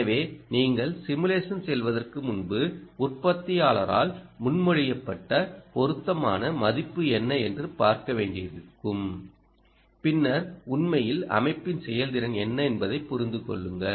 எனவே நீங்கள் சிமுலேஷனுக்குச் செல்வதற்கு முன்பு உற்பத்தியாளரால் முன்மொழியப்பட்ட பொருத்தமான மதிப்பு என்ன என்று பார்க்க வேண்டியிருக்கும் பின்னர் உண்மையில் அமைப்பின் செயல்திறன் என்ன என்று புரிந்து கொள்ளுங்கள்